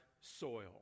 soil